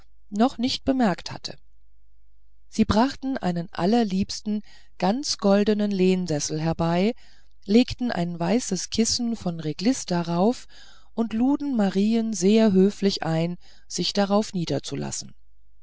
noch nicht bemerkt hatte sie brachten einen allerliebsten ganz goldenen lehnsessel herbei legten ein weißes kissen von reglisse darauf und luden marien sehr höflich ein sich darauf niederzulassen